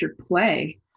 play